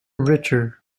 richer